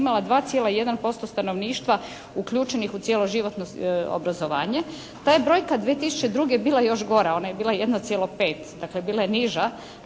imala 2,1% stanovništva uključenih u cijeloživotno obrazovanje. Ta je brojka 2002. bila još gora, ona je bila 1,5, dakle bila je niža.